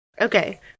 Okay